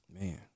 Man